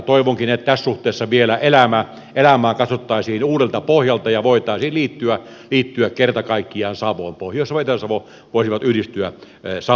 toivonkin että tässä suhteessa vielä elämää katsottaisiin uudelta pohjalta ja voitaisiin liittyä kerta kaikkiaan savoksi pohjois savo ja etelä savo voisivat yhdistyä savoksi